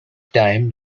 time